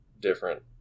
different